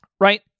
right